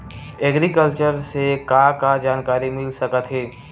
Agriculture से का का जानकारी मिल सकत हे?